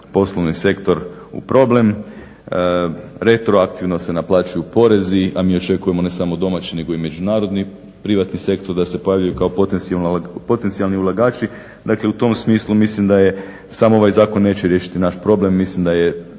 poslovni sektor u problem. Retroaktivno se naplaćuju porezi, a mi očekujemo ne samo domaći nego i međunarodni privatni sektor da se pojavljuju kao potencijalni ulagači. Dakle, u tom smislu mislim da je sam ovaj zakon neće riješiti naš problem. Mislim da je